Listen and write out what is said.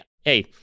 hey